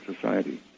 society